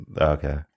Okay